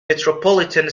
metropolitan